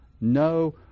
no